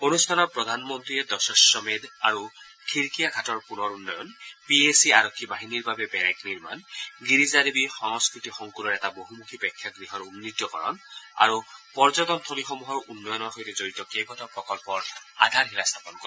অনুষ্ঠানৰ সময়ত প্ৰধানমন্ত্ৰীয়ে দসাখমেধ আৰু খিডকিয়া ঘাটৰ পুনৰ উন্নয়ন পি এ চি আৰক্ষী বাহিনীৰ বাবে বেৰেক নিৰ্মাণ গিৰিজা দেৱী সংস্কৃতি সংকূলত এটা বহুমুখী প্ৰেক্ষাগৃহৰ উন্নীতকৰণ আৰু পৰ্যটনথলী সমূহৰ উন্নয়নৰ সৈতে জড়িত কেইবাটাও প্ৰকল্পৰ আধাৰশিলা স্থাপন কৰে